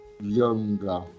younger